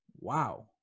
Wow